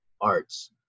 arts